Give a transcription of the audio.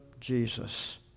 Jesus